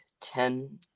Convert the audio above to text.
ten